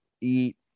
eat